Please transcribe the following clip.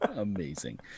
Amazing